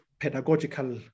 pedagogical